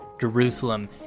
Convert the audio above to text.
jerusalem